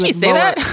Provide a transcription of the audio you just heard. he said that